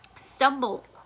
stumble